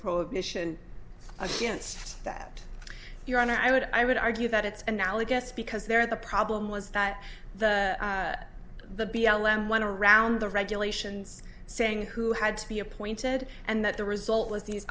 prohibition against that your honor i would i would argue that it's analogous because there the problem was that the the b l m went around the regulations saying who had to be appointed and that the result was these